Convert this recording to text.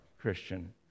Christian